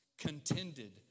Contended